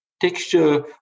texture